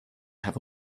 have